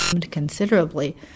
considerably